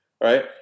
right